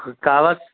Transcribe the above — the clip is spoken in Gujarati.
કાવાસ